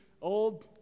Old